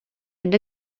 mynd